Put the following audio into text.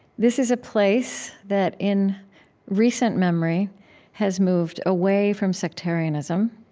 this is a place that in recent memory has moved away from sectarianism,